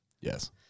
Yes